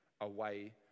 away